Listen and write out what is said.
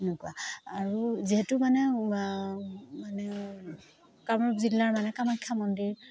এনেকুৱা আৰু যিহেতু মানে মানে কামৰূপ জিলাৰ মানে কামাখ্যা মন্দিৰ